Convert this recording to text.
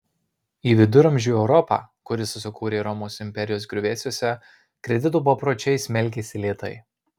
į viduramžių europą kuri susikūrė romos imperijos griuvėsiuose kredito papročiai smelkėsi lėtai